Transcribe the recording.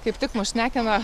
kaip tik mus šnekina